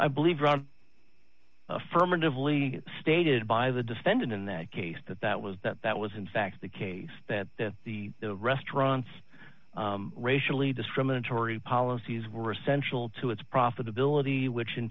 i believe affirmatively stated by the defendant in that case that that was that that was in fact the case that the the restaurant's racially discriminatory policies were essential to its profitability which in